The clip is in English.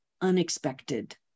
unexpected